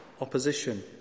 opposition